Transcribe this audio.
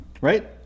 Right